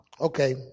Okay